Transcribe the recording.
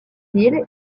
deal